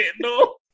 no